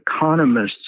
economists